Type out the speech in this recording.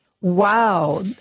Wow